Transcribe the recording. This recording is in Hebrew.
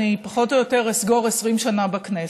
אני פחות או יותר אסגור 20 שנה בכנסת.